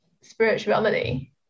spirituality